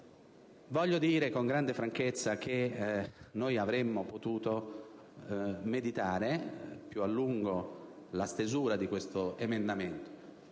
Voglio dire con grande franchezza che noi avremmo potuto meditare più a lungo la stesura di questo emendamento,